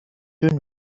schön